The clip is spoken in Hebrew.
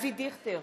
אבי דיכטר,